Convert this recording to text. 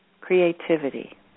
Creativity